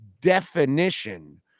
definition